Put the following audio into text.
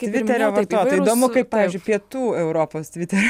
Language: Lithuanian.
tviterio vartotojai įdomu kaip pavyzdžiui pietų europos tviterio